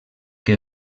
que